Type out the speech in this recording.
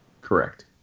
Correct